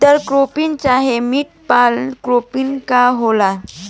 Inter cropping चाहे multiple cropping का होखेला?